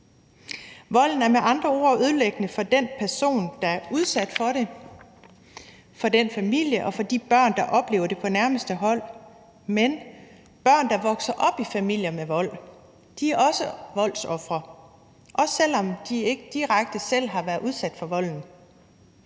Volden er med andre ord ødelæggende for den person, der er udsat for den, for den familie og for de børn, der oplever det på nærmeste hold, men børn, der vokser op i familier med vold, er også voldsofre, også selv om de ikke direkte selv har været udsat for volden.